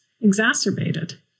exacerbated